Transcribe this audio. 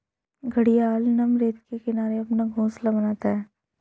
घड़ियाल नम रेत के किनारे अपना घोंसला बनाता है